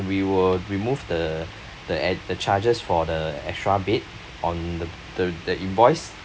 we will remove the the ad~ the charges for the extra bed on the the the invoice